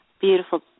beautiful